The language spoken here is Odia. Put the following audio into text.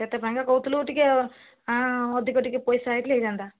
ସେଥିପାଇଁ ତ କହୁଥିଲୁ ଟିକେ ଅଧିକ ଟିକେ ପଇସା ହେଇଥିଲେ ହେଇଥାନ୍ତା